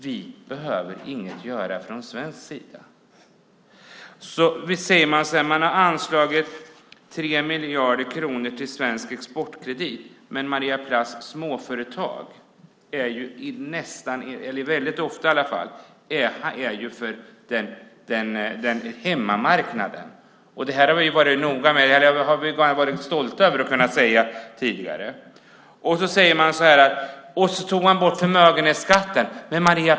Vi behöver inget göra från svensk sida. Ni har anslagit 3 miljarder kronor till Svensk Exportkredit. Men, Maria Plass, småföretag är ofta för hemmamarknaden. Det har vi varit stolta över att kunna säga tidigare. Ni tog bort förmögenhetsskatten.